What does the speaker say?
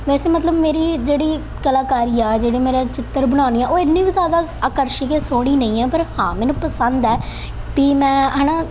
ਵੈਸੇ ਮਤਲਬ ਮੇਰੀ ਜਿਹੜੀ ਕਲਾਕਾਰੀ ਆ ਜਿਹੜੇ ਮੇਰੇ ਚਿੱਤਰ ਬਣਾਉਂਦੀ ਹਾਂ ਉਹ ਇੰਨੀ ਵੀ ਜ਼ਿਆਦਾ ਆਕਰਸ਼ਕ ਜਾਂ ਸੋਹਣੀ ਨਹੀਂ ਹੈ ਪਰ ਹਾਂ ਮੈਨੂੰ ਪਸੰਦ ਹੈ ਪੀ ਮੈਂ ਹੈ ਨਾ